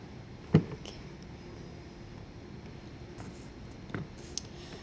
okay